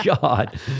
God